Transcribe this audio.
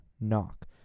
knock